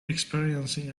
experiencing